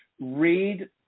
Read